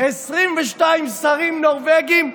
ל-22 שרים נורבגים,